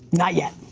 not yet.